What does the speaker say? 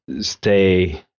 stay